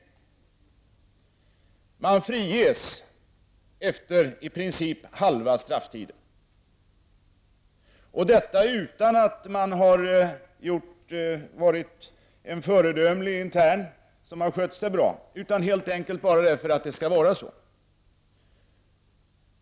Man friges efter i princip halva strafftiden. Detta utan att man har varit en föredömlig intern som har skött sig bra, utan helt enkelt för att det skall vara så.